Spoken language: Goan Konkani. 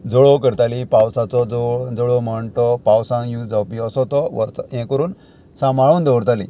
जळो करताली पावसाचो जळ जळो म्हण तो पावसान यूज जावपी असो तो वर्सा हें करून सांबाळून दवरतालीं